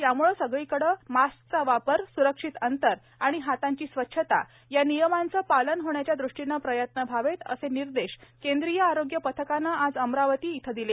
त्यामुळे सगळीकडे मास्कचा वापर सुरक्षित अंतर आणि हातांची स्वच्छता या नियमांचे पालन होण्याच्या दृष्टीने प्रयत्न व्हावेत असे निर्देश केंद्रीय आरोग्य पथकाने आज अमरावती येथे दिले